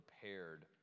prepared